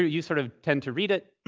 you sort of tend to read it.